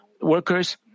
workers